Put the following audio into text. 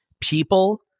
People